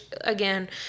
again